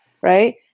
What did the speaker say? Right